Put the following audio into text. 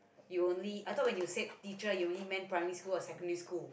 you only I thought when you said teacher you only meant primary school or secondary school